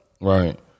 Right